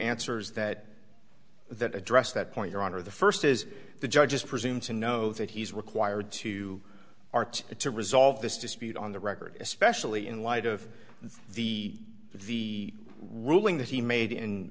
answers that that address that point your honor the first is the judge just presume to know that he's required to arch to resolve this dispute on the record especially in light of the the ruling that he made in